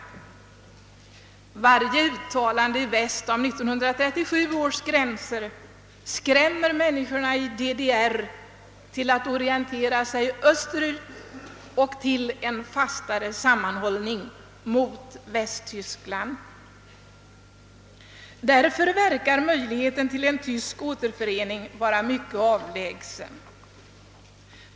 Varje uttalande i väst om 1937 års gränser skrämmer människorna i DDR till att orientera sig österut och till en fastare sammanhållning mot Västtyskland. Därför verkar möjligheten till en tysk återförening vara mycket avlägsen.